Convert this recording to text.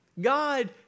God